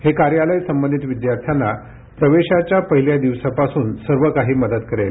हे कार्यालय संबंधित विद्यार्थ्यांना प्रवेशाच्या पहिल्या दिवसापासून सर्वकाही मदत करेल